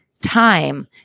time